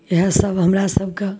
इहए सब हमरा सबके